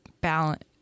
balance